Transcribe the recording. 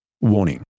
Warning